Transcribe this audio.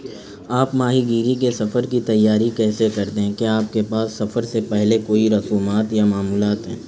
آپ ماہی گیری کے سفر کی تیاری کیسے کر دیں ہیں کیا آپ کے پاس سفر سے پہلے کوئی رسومات یا معمولات ہیں